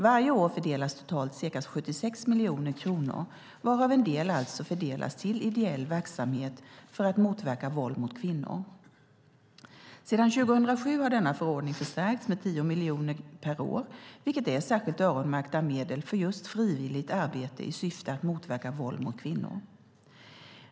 Varje år fördelas totalt ca 76 miljoner kronor, varav en del alltså fördelas till ideell verksamhet för att motverka våld mot kvinnor. Sedan 2007 har denna förordning förstärkts med 10 miljoner per år, vilket är särskilt öronmärkta medel för just frivilligt arbete i syfte att motverka våld mot kvinnor.